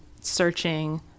searching